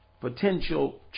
potential